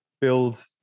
build